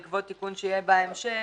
בעקבות תיקון שיהיה בהמשך,